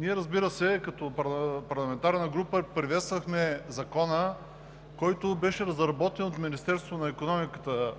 е необходим. Като парламентарна група ние приветствахме Закона, който беше разработен от Министерството на икономиката